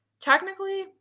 Technically